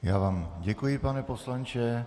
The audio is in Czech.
Já vám děkuji, pane poslanče.